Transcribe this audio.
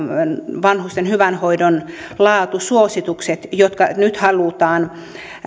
vanhusten hyvän hoidon laatusuositukset jotka nyt halutaan